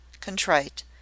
contrite